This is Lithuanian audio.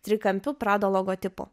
trikampiu prada logotipu